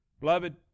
Beloved